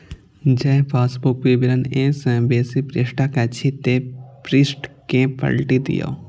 जौं पासबुक विवरण एक सं बेसी पृष्ठक अछि, ते पृष्ठ कें पलटि दियौ